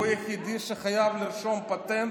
הוא היחידי שחייב לרשום פטנט,